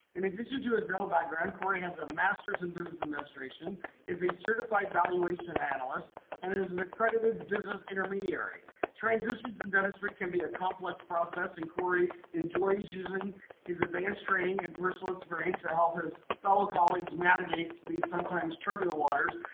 in addition to his dental background cory has a masters in business administration is a certified valuation analyst and is an accredited business intermediary transitions and dentistry can be a complex process and corey enjoys using his advanced training and bristle it's pranks to help his fellow colleagues navigate these sometimes turbulent waters.